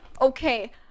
Okay